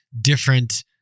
different